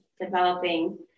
Developing